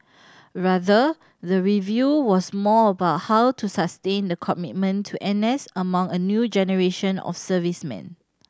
rather the review was more about how to sustain the commitment to N S among a new generation of servicemen